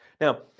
Now